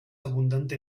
abundante